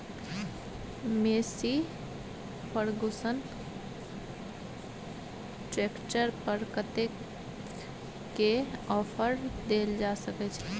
Massey Ferguson tractor पर कतेक के ऑफर देल जा सकै छै?